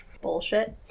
bullshit